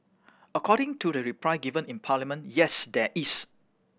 according to the reply given in parliament yes there is